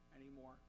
anymore